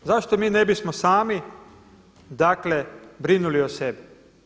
Zašto mi ne bismo sami dakle brinuli o sebi?